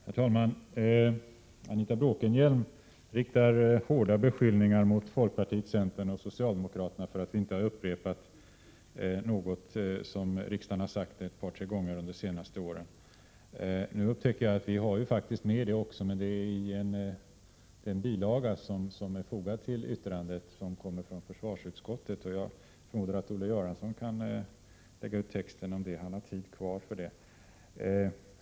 Herr talman! Anita Bråkenhielm riktar hårda beskyllningar mot folkpartiet, centern och socialdemokraterna för att vi inte har upprepat något som riksdagen har sagt ett par tre gånger under de senaste åren. Nu upptäcker jag att vi faktiskt har med det också, men det är i en bilaga som är fogad till yttrandet från försvarsutskottet. Jag förmodar att Olle Göransson kan lägga uttexten om det; han har tid kvar för det.